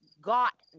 got